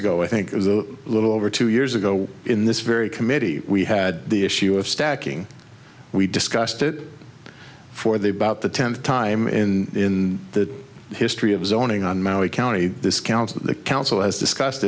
ago i think it was a little over two years ago in this very committee we had the issue of stacking we discussed it for the about the tenth time in the history of zoning on maui county this council the council has discussed